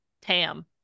Tam